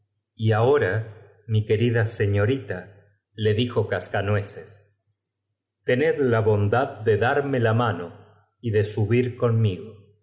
y ahora mi querida seiiorita le dijo ah mi querida señorita silberhausl cascanueces tened la bondad do darme la mano y de subir conmigo